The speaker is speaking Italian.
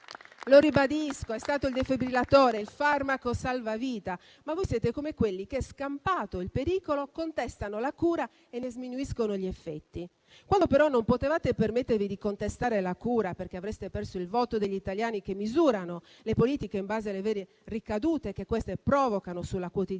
lo ribadisco - è stato il defibrillatore, il farmaco salvavita, ma voi siete come quelli che, scampato il pericolo, contestano la cura e ne sminuiscono gli effetti. Quando però non potevate permettervi di contestare la cura perché avreste perso il voto degli italiani, che misurano le politiche in base alle vere ricadute che queste provocano sulla quotidianità,